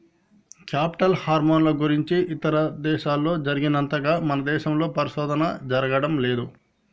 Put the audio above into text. cattle హార్మోన్ల గురించి ఇదేశాల్లో జరిగినంతగా మన దేశంలో పరిశోధన జరగడం లేదు